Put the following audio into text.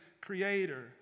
creator